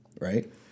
Right